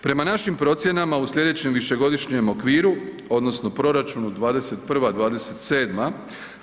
Prema našim procjenama u sljedećem višegodišnjem okviru odnosno proračunu 2021.-2027.